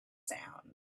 sound